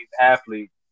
athletes